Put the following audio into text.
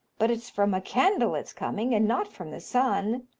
but it's from a candle it's coming, and not from the sun.